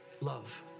Love